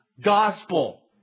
gospel